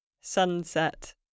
sunset